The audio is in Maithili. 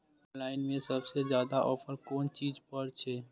ऑनलाइन में सबसे ज्यादा ऑफर कोन चीज पर छे?